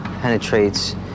penetrates